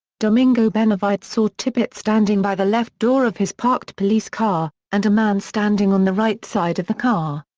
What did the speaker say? domingo benavides saw tippit standing by the left door of his parked police car, and a man standing on the right side of the car.